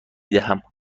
دهم